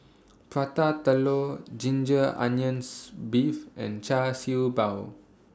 Prata Telur Ginger Onions Beef and Char Siew Bao